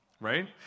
right